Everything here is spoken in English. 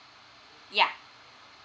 yeah